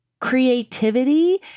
creativity